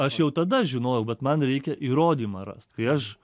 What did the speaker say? aš jau tada žinojau kad man reikia įrodymą rast kai aš